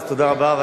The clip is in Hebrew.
אז תודה רבה.